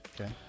Okay